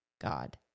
God